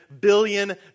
billion